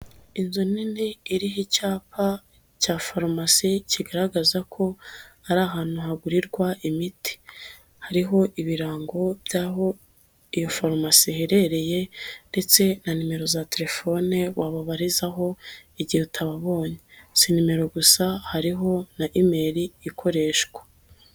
Inzu nini iriho icyapa cya farumasi kigaragaza ko ari ahantu hagurirwa imiti, hariho ibirango by'aho iyo farumasi iherereye ndetse na nimero za telefone wababarizaho igihe utababonye, si nimero gusa, hariho na imeli ikoreshwa.